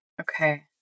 Okay